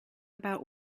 about